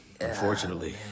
unfortunately